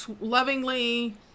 lovingly